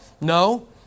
No